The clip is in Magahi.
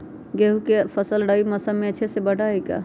गेंहू के फ़सल रबी मौसम में अच्छे से बढ़ हई का?